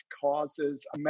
causes